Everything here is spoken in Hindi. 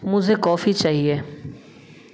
मुझे कॉफ़ी चाहिए